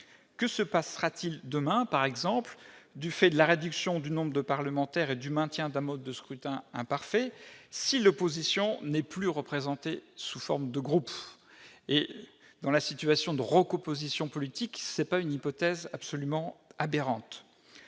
que se passera-t-il demain par exemple du fait de la réduction du nombre de parlementaires et du maintien d'un mode de scrutin imparfait, si l'opposition n'est plus représenté sous forme de groupes et dans la situation de recomposition politique c'est pas une hypothèse absolument aberrante